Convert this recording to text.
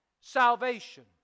salvation